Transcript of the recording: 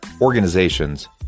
organizations